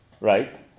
right